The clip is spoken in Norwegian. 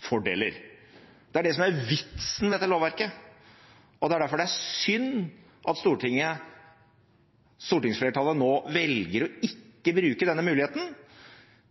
Det er det som er vitsen med dette lovverket. Derfor er det synd at stortingsflertallet nå velger ikke å bruke denne muligheten